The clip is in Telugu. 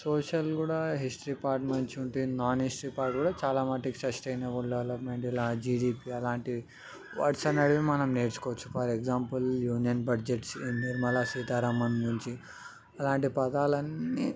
సోషల్ కూడా హిస్టరీ పార్ట్ మంచిగా ఉంటుంది నాన్ హిస్టరీ పార్ట్ కూడా చాలా మటుకి సస్టైనబుల్ డెవలప్మెంట్ ఇలా జిజిపి అలాంటివి వర్డ్స్ అనేవి మనం నేర్చుకోవచ్చు ఫర్ ఎగ్జాంపుల్ యూనియన్ బడ్జెట్స్ ఏంది నిర్మలా సీతారామన్ గురించి అలాంటి పదాలు అన్నీ